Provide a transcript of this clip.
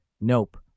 Nope